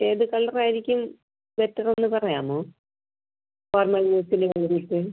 ഏത് കളറായിരിക്കും ബെറ്ററൊന്ന് പറയാമോ നോർമൽ യൂസിന് വേണ്ടീട്ട്